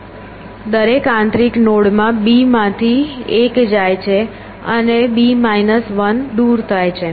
દરેક આંતરિક નોડમાં b માંથી એક જાય છે અને b 1 દૂર થાય છે